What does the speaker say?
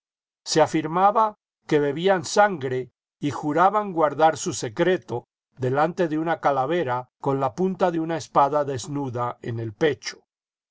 se afirmaba que bebían sangre y juraban guardar su secreto delante de una calavera con la punta de una espada desnuda en el pecho